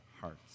hearts